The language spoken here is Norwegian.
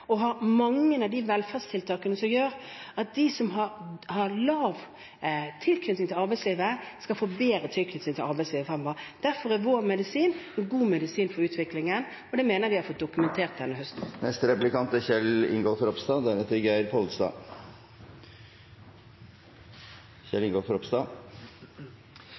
og har mange av de velferdstiltakene som gjør at de som har lav tilknytning til arbeidslivet, skal få bedre tilknytning til arbeidslivet fremover. Derfor er vår medisin en god medisin for utviklingen, og det mener jeg vi har fått dokumentert denne høsten. Kjell Ingolf Ropstad – til oppfølgingsspørsmål. Som statsministeren sier, er